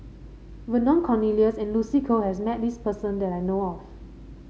Vernon Cornelius and Lucy Koh has met this person that I know of